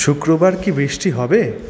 শুক্রবার কি বৃষ্টি হবে